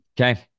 Okay